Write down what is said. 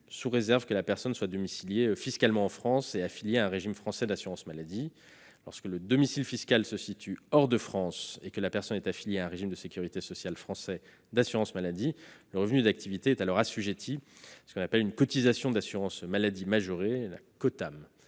sous réserve que la personne soit domiciliée fiscalement en France et affiliée à un régime français d'assurance maladie. Lorsque le domicile fiscal se situe hors de France mais que la personne est affiliée à un régime français d'assurance maladie, le revenu d'activité est alors assujetti à une cotisation d'assurance maladie, une Cotam,